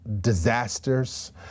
disasters